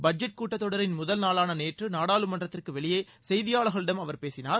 budget கூட்டத் தொடரின் முதல் நாளான நேற்று நாடாளுமன்றத்திற்கு வெளியே செய்தியாளர்களிடம் அவர் பேசினார்